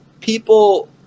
people